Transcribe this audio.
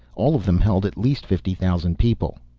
all of them held at least fifty thousand people.